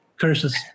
curses